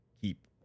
keep